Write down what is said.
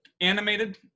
animated